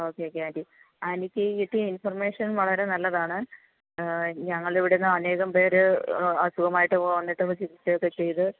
okay okay aunty ആൻറ്റിക്ക് കിട്ടിയ information വളരെ നല്ലതാണ് ഞങ്ങളുടെ ഇവിടെ അനേകം പേര് അസുഖമായിട്ട് വന്നിട്ട് ചികിത്സയൊക്കെ ചെയ്ത്